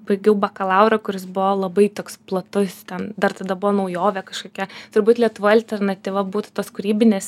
baigiau bakalaurą kuris buvo labai toks platus ten dar tada buvo naujovė kažkokia turbūt lietuvoj alternatyva būtų tos kūrybinės